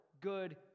good